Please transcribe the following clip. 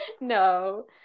No